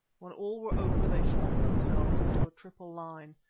when all were over they formed themselves into a triple line,